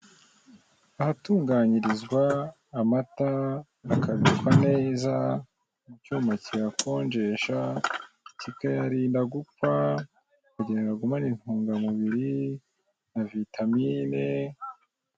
Ahatunganyirizwa amata akabikwa neza, mu cyuma kiyakonjesha kikayarinda gupfa, kugira ngo agumane untungamubiri na vitamini.